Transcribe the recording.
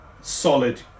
solid